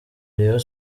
rayon